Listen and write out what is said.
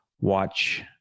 watch